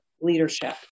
leadership